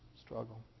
struggle